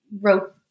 wrote